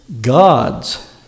God's